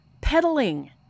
pedaling